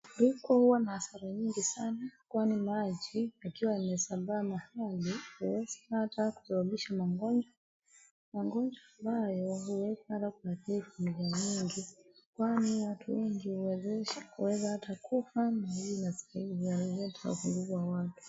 Mafuriko huwa na hasara nyingi sana kwani maji yakiwa yamesambaa mahali huweza ata kusabambisha magonjwa. magonjwa ambaye huweza ata kuadhiri watu wengi kwani watu wengi huweza ata kufa na hii inaleta upungufu wa watu.